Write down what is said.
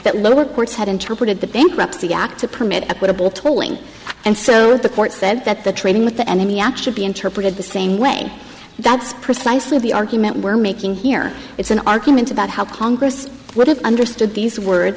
that lower courts had interpreted the bankruptcy act to permit equitable tolling and so the court said that the trading with the enemy action be interpreted the same way that's precisely the argument we're making here it's an argument about how congress understood these words